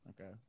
Okay